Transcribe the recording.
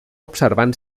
observant